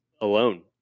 alone